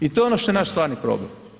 I to je ono što je naš stvarni problem.